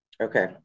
Okay